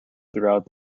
throughout